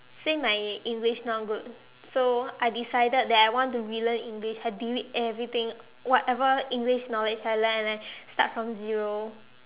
say my English not good so I decided that I want to relearn English I delete everything whatever English knowledge I learnt and I start from zero